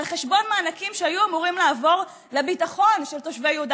על חשבון מענקים שהיו אמורים לעבור לביטחון של תושבי יהודה